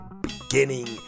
beginning